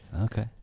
Okay